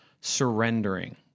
surrendering